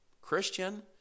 Christian